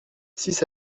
six